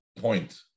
point